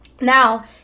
Now